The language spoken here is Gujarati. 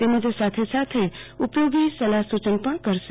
તેમજ સાથે સાથે ઉપયોગી સલાહ સુચન પણ કરશે